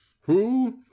Who